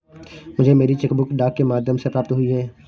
मुझे मेरी cheque book डाक के माध्यम से प्राप्त हुई है